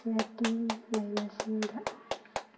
rating ꯂꯩꯕꯁꯤꯡꯗ